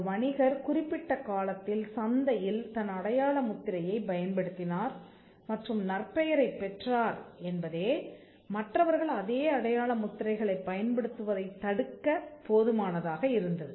ஒரு வணிகர் குறிப்பிட்ட காலத்தில் சந்தையில் தன் அடையாள முத்திரையை பயன்படுத்தினார் மற்றும் நற்பெயரைப் பெற்றார் என்பதே மற்றவர்கள் அதே அடையாள முத்திரைகளைப் பயன்படுத்துவதைத் தடுக்கப் போதுமானதாக இருந்தது